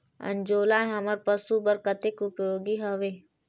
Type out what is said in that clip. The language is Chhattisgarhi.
अंजोला हमर पशु बर कतेक उपयोगी हवे?